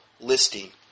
listing